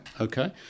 Okay